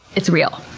it's real.